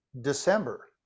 December